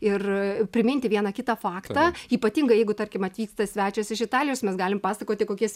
ir priminti vieną kitą faktą ypatingai jeigu tarkim atvyksta svečias iš italijos mes galim pasakoti kokiais